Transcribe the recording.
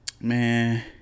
Man